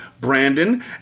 Brandon